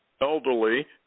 elderly